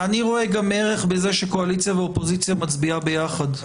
אני רואה גם ערך בזה שקואליציה ואופוזיציה מצביעות ביחד,